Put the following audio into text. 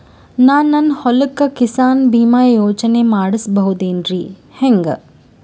ನಾನು ನನ್ನ ಹೊಲಕ್ಕ ಕಿಸಾನ್ ಬೀಮಾ ಯೋಜನೆ ಮಾಡಸ ಬಹುದೇನರಿ ಹೆಂಗ?